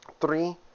three